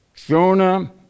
Jonah